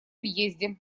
въезде